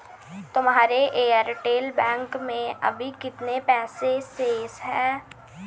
तुम्हारे एयरटेल बैंक में अभी कितने पैसे शेष हैं?